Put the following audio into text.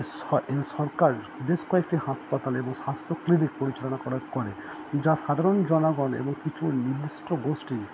সরকার বেশ কয়েকটি হাসপাতাল এবং স্বাস্থ্যক্লিনিক পরিচালনা করে যা সাধারণ জনগণ এবং কিছু নির্দিষ্ট গোষ্ঠী